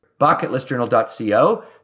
bucketlistjournal.co